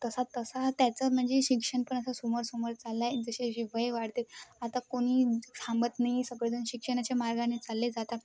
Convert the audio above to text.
तसा तसा त्याचं म्हणजे शिक्षण पण असं समोर समोर चाललं आहे जसे जसे वय वाढते आता कोणी थांबत नाही सगळे जण शिक्षणाच्या मार्गाने चालले जातात